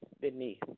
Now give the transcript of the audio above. beneath